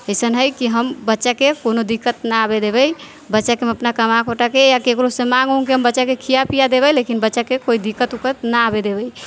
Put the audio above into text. अइसन हइ कि हम बच्चाके कोनो दिक्कत नहि आबै देबै बच्चाके हम अपना कमा खोटाके या ककरोसँ माँगि उँगिके हम बच्चाके खिआ पिआ देबै लेकिन बच्चाके कोइ दिक्कत उक्कत नहि आबै देबै